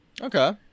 Okay